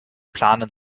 planen